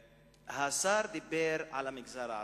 השר דיבר על המגזר הערבי.